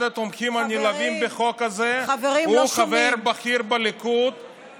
אחד התומכים הנלהבים בחוק הזה הוא חבר בכיר בליכוד,